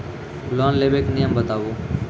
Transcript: Loan लेबे के नियम बताबू?